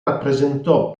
rappresentò